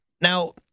Now